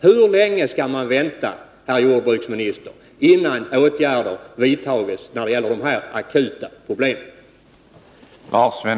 Hur länge skall man vänta, herr jordbruksminister, innan åtgärder vidtas när det gäller de här akuta problemen?